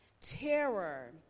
terror